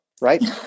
right